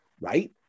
right